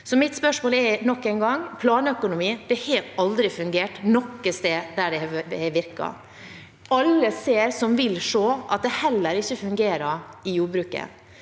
Mitt spørsmål er nok en gang: Planøkonomi har aldri fungert noe sted der det har virket. Alle som vil se, ser at det heller ikke fungerer i jordbruket.